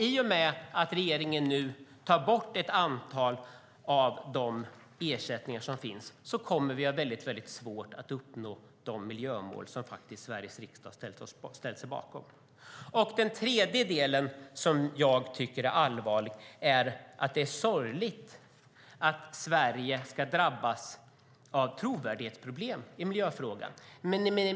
I och med att regeringen tar bort ett antal av ersättningarna kommer det att bli svårt att uppnå de miljömål som Sveriges riksdag har ställt sig bakom. Den tredje delen som jag tycker är allvarlig är att det är sorgligt att Sverige ska drabbas av trovärdighetsproblem i miljöfrågan.